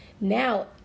now